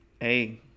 hey